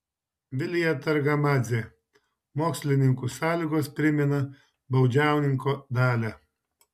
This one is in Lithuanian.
vilija targamadzė mokslininkų sąlygos primena baudžiauninko dalią